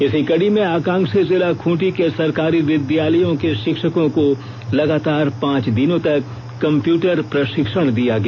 इसी कड़ी में आकांक्षी जिला खूंटी के सरकारी विद्यालयों के शिक्षकों को लगातार पांच दिनों तक कम्प्यूटर प्रशिक्षण दिया गया